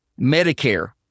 Medicare